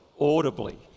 audibly